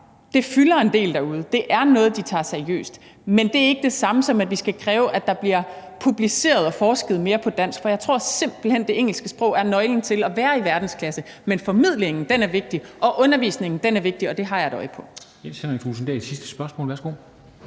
her fylder en del derude, og at det er noget, de tager seriøst. Men det er ikke det samme, som at vi skal kræve, at der bliver publiceret og forsket mere på dansk, for jeg tror simpelt hen, det engelske sprog er nøglen til at være i verdensklasse. Men formidlingen er vigtig, og undervisning er vigtig, og det har jeg et øje på.